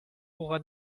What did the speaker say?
aura